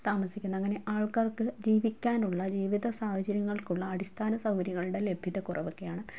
താമസിക്കുന്നത് അങ്ങനെ ആൾക്കാർക്ക് ജീവിക്കാനുള്ള ജീവിത സാഹചര്യങ്ങൾക്കുള്ള അടിസ്ഥാന സൗകര്യങ്ങളുടെ ലഭ്യത കുറവൊക്കെയാണ്